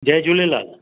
Jay Jhulelal